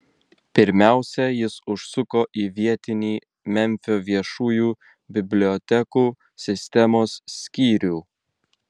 pirmiausia jis užsuko į vietinį memfio viešųjų bibliotekų sistemos skyrių